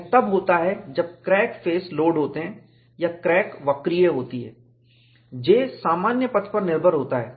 यह तब होता है जब क्रैक फेस लोड होते हैं या क्रैक वक्रीय होती है J सामान्य पथ पर निर्भर होता है